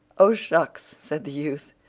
oh, shucks said the youth.